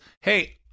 hey